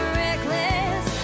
reckless